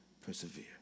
persevere